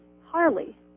Harley